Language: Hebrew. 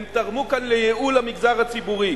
הם תרמו כאן לייעול המגזר הציבורי.